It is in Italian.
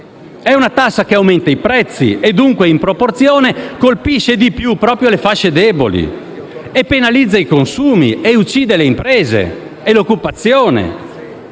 È una tassa che aumenta i prezzi e dunque, in proporzione, colpisce maggiormente proprio le fasce deboli, penalizza i consumi e uccide le imprese e l'occupazione.